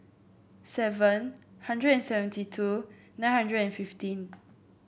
seven hundred and seventy two nine hundred and fifteen